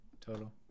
Total